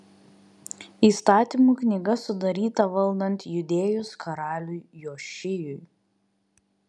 įstatymų knyga sudaryta valdant judėjos karaliui jošijui